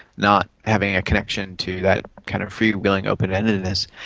not having a connection to that kind of freewheeling open-endedness.